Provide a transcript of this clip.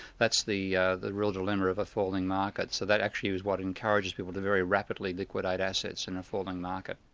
that's the ah the real dilemma of a falling market. so that actually is what encourages people to very rapidly liquidate assets in a falling market.